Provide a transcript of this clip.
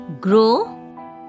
grow